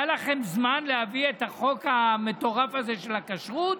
היה לכם זמן להביא את החוק המטורף הזה של הכשרות?